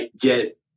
get